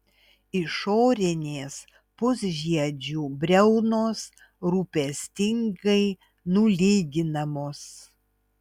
išorinės pusžiedžių briaunos rūpestingai nulyginamos